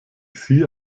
sie